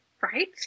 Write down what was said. Right